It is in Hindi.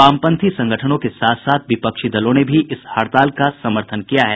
वामपंथी संगठनों के साथ साथ विपक्षी दलों ने भी इस हड़ताल का समर्थन किया है